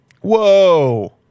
Whoa